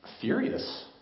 furious